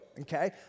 Okay